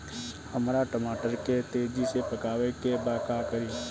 हमरा टमाटर के तेजी से पकावे के बा का करि?